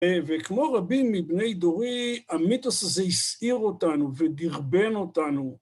וכמו רבים מבני דורי, המיתוס הזה הסעיר אותנו ודרבן אותנו.